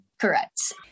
Correct